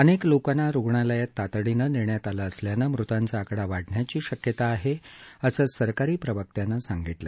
अनेक लोकांना रूग्णालयात तातडीनं नेण्यात आलं असल्यानं मृतांचा आकडा वाढण्याची शक्यता आहे असं सरकारी प्रवक्त्यानं सांगितलं